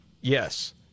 Yes